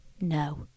No